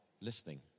listening